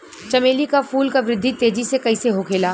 चमेली क फूल क वृद्धि तेजी से कईसे होखेला?